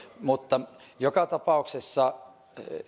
mutta joka tapauksessa